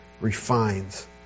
refines